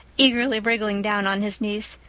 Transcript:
eagerly wriggling down on his knees,